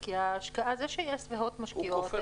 כי זה שיס והוט משקיעות,